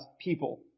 people